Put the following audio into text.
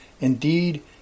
Indeed